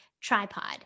tripod